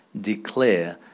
declare